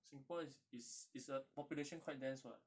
singapore is is is a population quite dense [what]